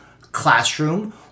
classroom